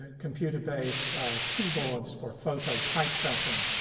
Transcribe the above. ah computer-based keyboards for photo typesetting.